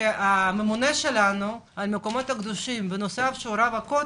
שהממונה על המקומות הקדושים שהוא גם רב הכותל,